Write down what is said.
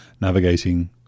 navigating